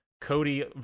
Cody